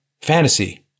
fantasy